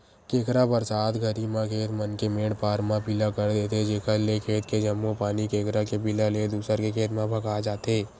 केंकरा बरसात घरी म खेत मन के मेंड पार म बिला कर देथे जेकर ले खेत के जम्मो पानी केंकरा के बिला ले दूसर के खेत म भगा जथे